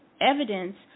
evidence